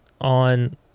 on